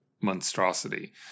monstrosity